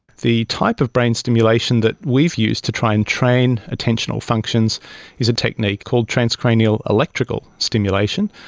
the type of brain stimulation that we've used to try and train attentional functions is a technique called transcranial electrical stimulation,